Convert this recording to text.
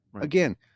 again